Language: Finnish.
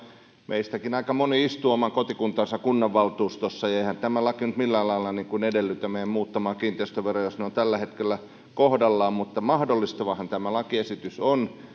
meistäkin aika moni istuu oman kotikuntansa kunnanvaltuustossa ja eihän tämä laki nyt millään lailla edellytä meitä muuttamaan kiinteistöveroa jos se on tällä hetkellä kohdallaan mutta mahdollistavahan tämä lakiesitys on